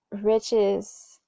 riches